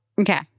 Okay